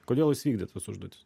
kodėl jis vykdė tas užduotis